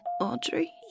Audrey